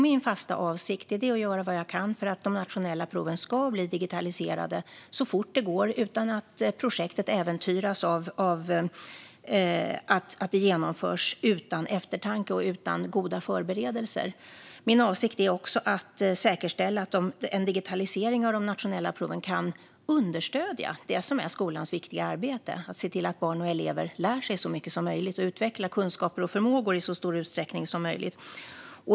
Min fasta avsikt är att göra vad jag kan för att de nationella proven ska bli digitaliserade så fort det går utan att projektet äventyras av att det genomförs utan eftertanke och utan goda förberedelser. Min avsikt är också att säkerställa att en digitalisering av de nationella proven kan understödja det som är skolans viktiga arbete - att se till att barn och elever lär sig så mycket som möjligt och utvecklar kunskaper och förmågor i så stor utsträckning som möjligt.